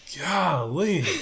Golly